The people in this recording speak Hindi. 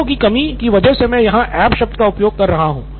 शब्दों की कमी की वजह से मैं यहाँ ऐप शब्द का प्रयोग कर रहा हूँ